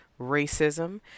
racism